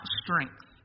strength